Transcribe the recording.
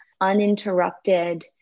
uninterrupted